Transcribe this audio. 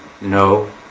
No